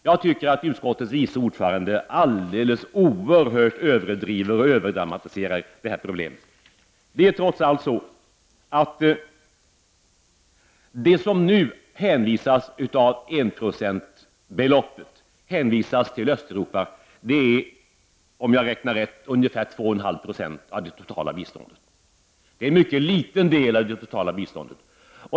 Jag tycker att utskottets vice ordförande överdriver och överdramatiserar det här problemet alldeles oerhört. Det är trots allt så att det som nu hänvisas till Östeuropa av enprocentsbeloppet är ungefär 2,5 96 av det totala biståndet. Det är en mycket liten del av det totala biståndet.